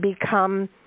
become